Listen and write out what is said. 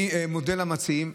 אני מודה למציעים.